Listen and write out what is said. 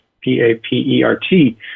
P-A-P-E-R-T